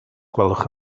gwelwch